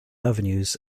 avenues